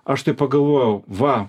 aš taip pagalvojau va